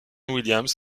williams